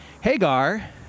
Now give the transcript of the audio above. Hagar